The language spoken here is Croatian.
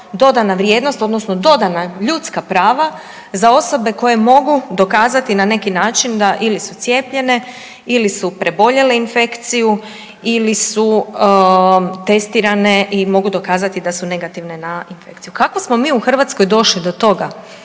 dodana vrijednost, odnosno dodana ljudska prava za osobe koje mogu dokazati, na neki način da, ili su cijepljene ili su preboljele infekciju ili su testirane i mogu dokazati da su negativne na infekciju. Kako smo mi u Hrvatskoj došli do toga